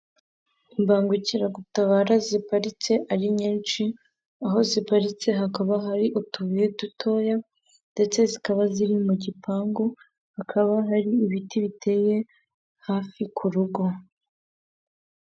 Imbangukiragutabara ziparitse ari nyinshi, aho ziparitse hakaba hari utubuye dutoya ndetse zikaba ziri mu gipangu hakaba hari ibiti biteye hafi ku rugo.